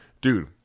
Dude